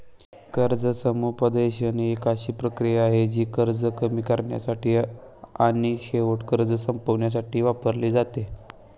कर्ज समुपदेशन एक अशी प्रक्रिया आहे, जी कर्ज कमी करण्यासाठी आणि शेवटी कर्ज संपवण्यासाठी वापरली जाते